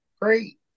great